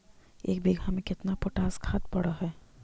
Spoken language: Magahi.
एक बिघा में केतना पोटास खाद पड़ है?